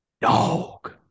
Dog